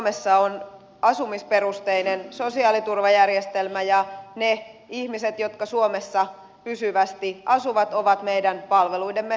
suomessa on asumisperusteinen sosiaaliturvajärjestelmä ja ne ihmiset jotka suomessa pysyvästi asuvat ovat meidän palveluidemme piirissä